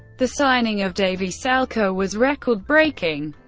the signing of davie selke ah was record breaking,